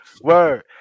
word